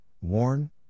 worn